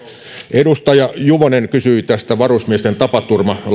edustaja juvonen kysyi tästä varusmiesten tapaturmalainsäädännöstä jonka nyt ilokseni olemme saaneet